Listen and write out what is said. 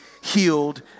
healed